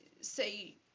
say